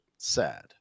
Sad